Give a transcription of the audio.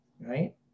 right